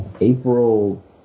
April